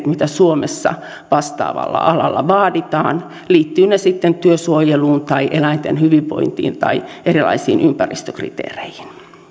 mitä suomessa vastaavalla alalla vaaditaan liittyvät ne sitten työsuojeluun tai eläinten hyvinvointiin tai erilaisiin ympäristökriteereihin